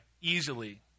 easily